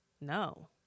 no